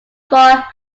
far